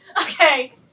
okay